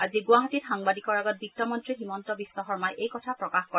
আজি গুৱাহাটীত সাংবাদিকৰ আগত বিত্তমন্ত্ৰী হিমন্ত বিশ্ব শৰ্মাই এই কথা প্ৰকাশ কৰে